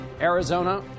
Arizona